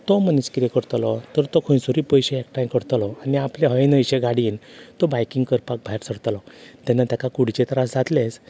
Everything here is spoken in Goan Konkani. तो मनीस किदें करतलो तर तो खंयसरूय तरी पयशे एकठांय करतलो आनी आपले हयन्हयशे गाडयेन तो आपले बायकींग करपाक भायर सरतलो तेन्ना ताका कुडीचे त्रास जातलेच